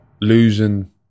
losing